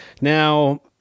Now